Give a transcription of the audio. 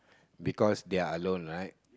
because they are alone right